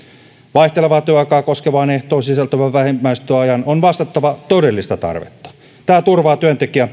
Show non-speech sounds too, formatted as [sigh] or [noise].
vaihtelevaa työaikaa koskevaan ehtoon sisältyvän vähimmäistyöajan on vastattava todellista tarvetta tämä turvaa työntekijää [unintelligible]